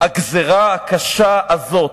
הגזירה הקשה הזאת,